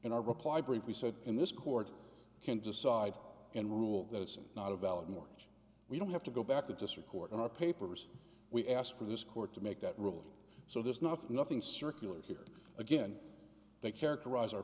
in our reply brief we said in this court can decide in rule that it's not a valid morning we don't have to go back to district court in our papers we asked for this court to make that ruling so there's nothing nothing circular here again they characterize our